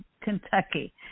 Kentucky